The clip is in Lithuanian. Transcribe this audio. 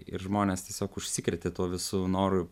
ir žmonės tiesiog užsikrėtė tuo visu noru